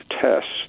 tests